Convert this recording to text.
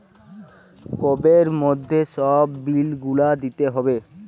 কোবের মধ্যে সব বিল গুলা দিতে হবে